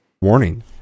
Warning